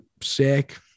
sick